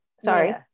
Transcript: Sorry